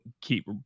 keep